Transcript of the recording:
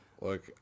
Look